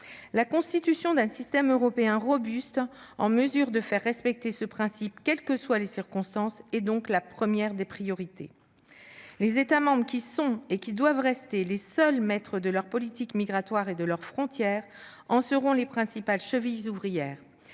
La constitution d'un système européen robuste, en mesure de faire respecter ce principe, quelles que soient les circonstances, est donc la première des priorités. Les États membres qui sont, et qui doivent rester les seuls maîtres de leur politique migratoire et de leurs frontières en seront les principales chevilles ouvrières.